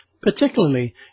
particularly